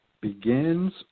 begins